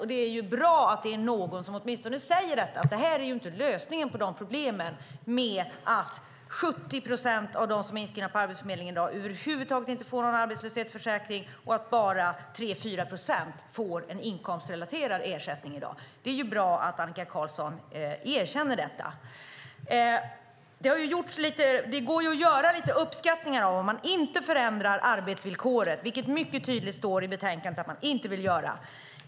Och det är ju bra att det är någon som åtminstone säger detta, att det här är inte lösningen på problemet att 70 procent av dem som är inskrivna på Arbetsförmedlingen i dag över huvud taget inte får någon arbetslöshetsförsäkring och att bara 3-4 procent får en inkomstrelaterad ersättning i dag. Det är bra att Annika Qarlsson erkänner detta. Det går att göra uppskattningar av om man inte förändrar arbetsvillkoret, vilket står mycket tydligt i betänkandet att man inte vill göra.